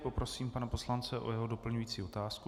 Poprosím pana poslance o jeho doplňující otázku.